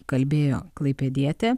kalbėjo klaipėdietė